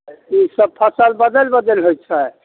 ईसब फसल बदलि बदलि होइत छै